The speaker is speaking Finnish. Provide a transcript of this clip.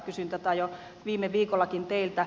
kysyin tätä jo viime viikollakin teiltä